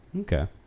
Okay